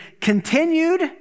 continued